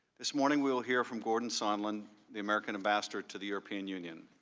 this morning will hear from gordon sondland the american ambassador to the european union.